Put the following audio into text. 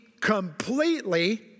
completely